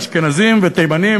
אשכנזים ותימנים,